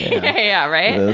yeah, right?